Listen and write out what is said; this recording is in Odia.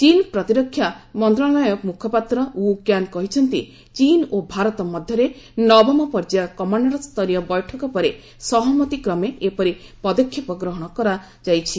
ଚୀନ୍ ପ୍ରତିରକ୍ଷା ମନ୍ତ୍ରଣାଳୟ ମୁଖପାତ୍ର ଉ କ୍ୟାନ୍ କହିଛନ୍ତି ଚୀନ ଓ ଭାରତ ମଧ୍ୟରେ ନବମ ପର୍ଯ୍ୟାୟ କମାଣ୍ଡରସ୍ତରୀୟ ବୈଠକ ପରେ ସହମତି କ୍ରମେ ଏପରି ପଦକ୍ଷେପ ଗ୍ରହଣ କରାଯାଇଛି